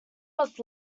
must